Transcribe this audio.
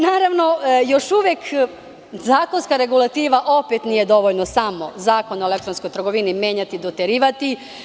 Naravno, još uvek zakonska regulativa, opet nije dovoljno samo Zakon o elektronskoj trgovini menjati i doterivati.